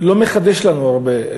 לא מחדש לנו הרבה.